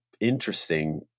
interesting